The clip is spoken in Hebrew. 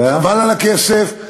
חבל על הכסף.